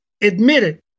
admitted